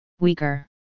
Weaker